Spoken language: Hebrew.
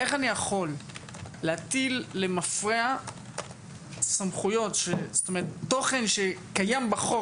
איך אני יכול להטיל למפרע סמכויות ותוכן שקיים בחוק,